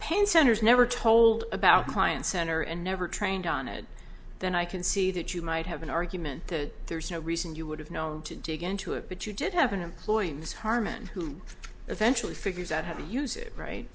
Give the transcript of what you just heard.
never told about client center and never trained on it then i can see that you might have an argument that there's no reason you would have known to dig into it but you did have an employee as harmon who eventually figures out how to use it right